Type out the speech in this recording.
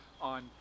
on